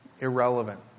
irrelevant